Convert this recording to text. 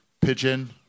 pigeon